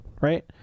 right